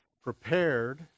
prepared